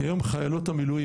כי היום חיילות המילואים,